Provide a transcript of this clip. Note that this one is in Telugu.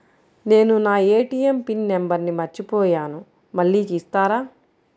నేను నా ఏ.టీ.ఎం పిన్ నంబర్ మర్చిపోయాను మళ్ళీ ఇస్తారా?